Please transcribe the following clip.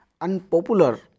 unpopular